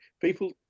People